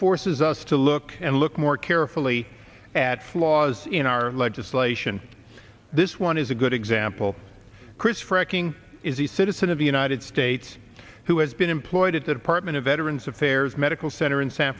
forces us to look and look more carefully at flaws in our legislation this one is a good example chris fracking is a citizen of the united states who has been employed at the department of veterans affairs medical center in san